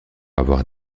avoir